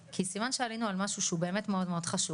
כי סימן שעלינו על משהו שהוא באמת מאוד חשוב